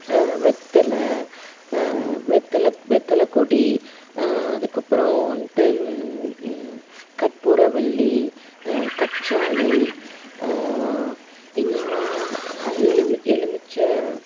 வெத்தலை வெத்தலை வெத்தலை கொடி அதுக்கப்புறம் வந்துட்டு கற்பூரவள்ளி கற்றாழை இந்தமா எலுமிச் எலுமிச்சை